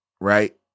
right